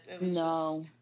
No